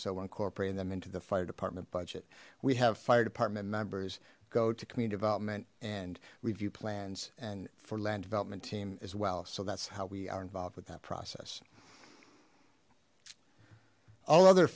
so incorporated into the fire department budget we have fire department members go to community development and review plans and for land development team as well so that's how we are involved with that process all other